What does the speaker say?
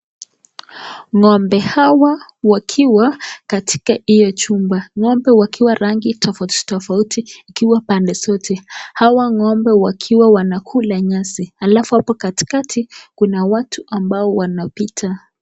Ng'ombe hawa wakiwa katika hiyo chumba. Ng'ombe wakiwa rangi tofautitofauti wakiwa pande zote. Hawa ng`ombe wakiwa wanakula nyasi. Alafu hapo katikati kuna watu ambao wanapita.